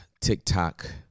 TikTok